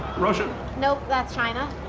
russia? no. that's china.